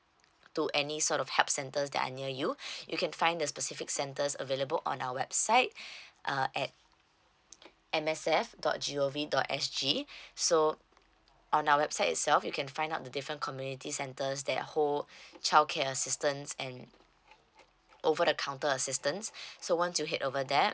to any sort of help centers that are near you you can find the specific centers available on our website uh at M S F dot G_O_V dot S_G so on our website itself you can find out the different community centers that whole child care assistance and over the counter assistance so want to head over them and